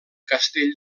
castell